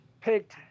picked